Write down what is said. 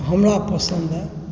हमरा पसन्द यऽ